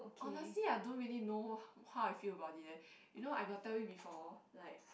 honestly I don't really know how how I feel about it eh you know I got tell you before like